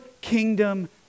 kingdom